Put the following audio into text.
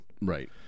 Right